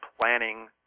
planning